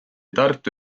tartu